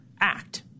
act